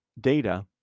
data